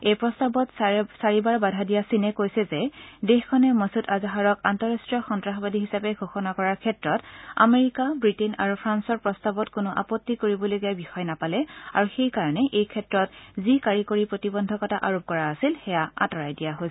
এই প্ৰস্তাৱত চাৰিবাৰ বাধা দিয়া চীনে কৈছে যে দেশখনে মুছদ আজহাৰক আন্তঃৰাষ্ট্ৰীয় সন্নাসবাদী হিচাপে ঘোষণা কৰাৰ ক্ষেত্ৰত আমেৰিকা ৱিটেইন আৰু ফ্ৰান্সৰ প্ৰস্তাৱত কোনো আপত্তি কৰিবলগীয়া বিষয় নাপালে আৰু সেই কাৰণে এই ক্ষেত্ৰত যি কাৰিকৰী প্ৰতিবন্ধকতা আৰোপ কৰা আছিল সেয়া আঁতৰাই দিয়া হৈছে